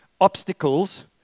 obstacles